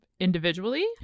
Individually